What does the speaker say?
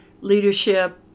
leadership